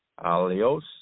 alios